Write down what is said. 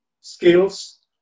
skills